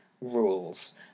rules